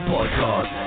Podcast